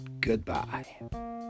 Goodbye